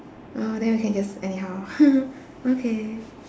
oh then we can just anyhow okay